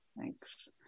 Thanks